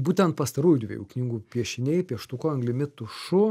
būtent pastarųjų dviejų knygų piešiniai pieštuku anglimi tušu